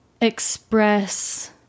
express